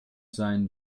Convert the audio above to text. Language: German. sein